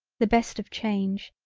the best of change,